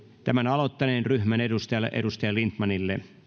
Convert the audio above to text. tämän aloittaneen ryhmän edustajalle edustaja lindtmanille